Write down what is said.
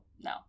no